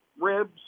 ribs